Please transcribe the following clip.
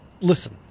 listen